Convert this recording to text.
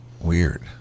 Weird